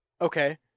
Okay